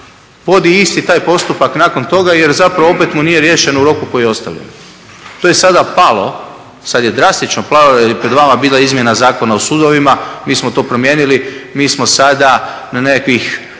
vodi isti taj postupak nakon toga, jer zapravo opet mu nije riješen u roku koji je ostavljen. To je sada palo, sad je drastično palo jer je pred vama bila izmjena Zakona o sudovima. Mi smo to promijenili. Mi smo sada na nekakvih